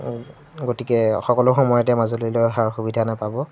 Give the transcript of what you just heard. গতিকে সকলো সময়তে মাজুলীলৈ অহাৰ সুবিধা নাপাব